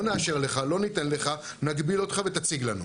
לא נאשר לך, לא ניתן לך, נגביל אותך ותציג לנו.